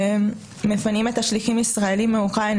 מפנים את השליחים הישראלים מאוקראינה